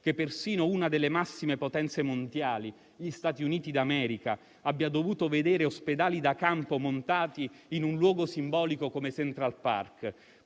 che persino una delle massime potenze mondiali, gli Stati Uniti d'America, abbia dovuto vedere ospedali da campo montati in un luogo simbolico come Central Park?